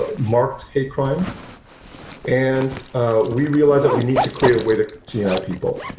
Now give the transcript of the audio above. ah marked hate crime and we realize that we need to create a way to to unite people.